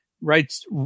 writes